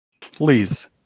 Please